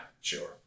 sure